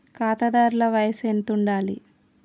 ఖాతాదారుల వయసు ఎంతుండాలి?